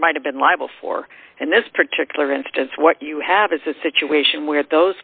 might have been liable for and this particular instance what you have is a situation where those